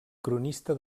cronista